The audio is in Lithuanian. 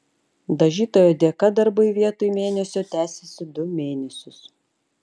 dažytojo dėka darbai vietoj mėnesio tęsėsi du mėnesius